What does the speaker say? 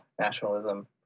nationalism